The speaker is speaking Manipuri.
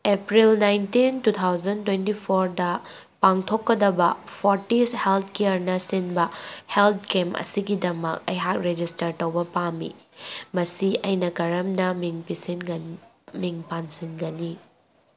April nineteen two thousand twenty ꯐꯣꯔꯗ ꯄꯥꯡꯊꯣꯛꯀꯗꯕ ꯐꯣꯔꯇꯤꯁ ꯍꯦꯜꯠ ꯀꯤꯌꯔꯅ ꯁꯤꯟꯕ ꯍꯦꯜꯠ ꯀꯦꯝ ꯑꯁꯤꯒꯤꯗꯃꯛ ꯑꯩꯍꯥꯛ ꯔꯦꯖꯤꯁꯇꯔ ꯇꯧꯕ ꯄꯥꯝꯃꯤ ꯃꯁꯤ ꯑꯩꯅ ꯀꯔꯝꯅ ꯃꯤꯡ ꯄꯤꯁꯤꯟꯒꯅꯤ ꯃꯤꯡ ꯄꯥꯟꯁꯤꯟꯒꯅꯤ